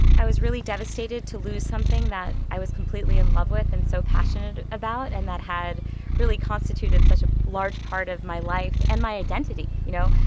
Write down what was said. i was really devastated to lose something that i was completely in love with and so passionate about and that had really constituted such a large part of my life and my identity, you know?